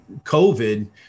COVID